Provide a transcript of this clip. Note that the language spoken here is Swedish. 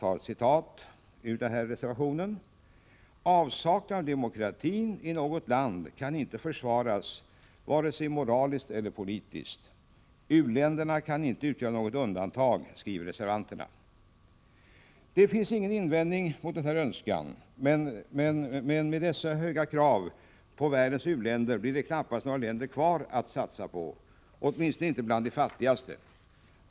”Avsaknaden av demokrati i något land kan inte försvaras vare sig moraliskt eller politiskt. U-länder kan inte utgöra något undantag.”, skriver reservanterna. Det finns ingen invändning mot denna önskan, men med dessa höga krav på världens u-länder blir det knappast några länder kvar att satsa på, åtminstone inte bland de fattigaste.